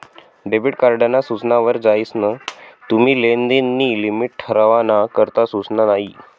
debit card ना सूचना वर जायीसन तुम्ही लेनदेन नी लिमिट ठरावाना करता सुचना यी